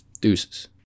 Deuces